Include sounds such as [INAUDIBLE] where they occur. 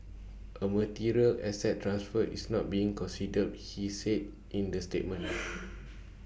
A material asset transfer is not being considered he said in the statement [NOISE]